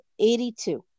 82